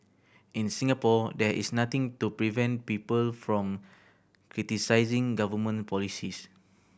in Singapore there is nothing to prevent people from criticising government policies